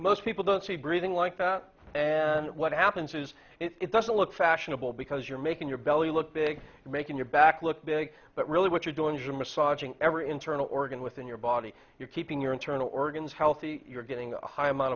most people don't see breathing like that and what happens is it doesn't look fashionable because you're making your belly look big and making your back look big but really what you're doing jim massaging every internal organ within your body you're keeping your internal organs healthy you're getting a high amount